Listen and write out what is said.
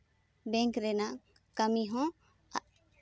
bank ᱨᱮᱱᱟᱜ ᱠᱟᱹᱢᱤ ᱦᱚᱸ